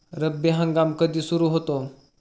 रब्बी हंगाम कधी सुरू होतो?